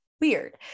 weird